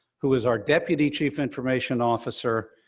who is our deputy chief information officer,